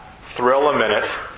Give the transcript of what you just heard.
thrill-a-minute